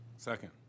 Second